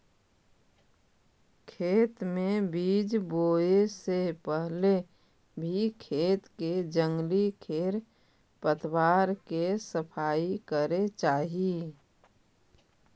खेत में बीज बोए से पहले भी खेत के जंगली खेर पतवार के सफाई करे चाही